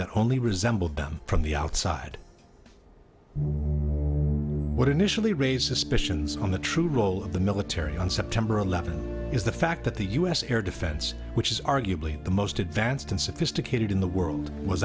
that only resembled them from the outside what initially raise suspicions on the true role of the military on september eleventh is the fact that the us air defense which is arguably the most advanced and sophisticated in the world was